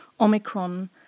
Omicron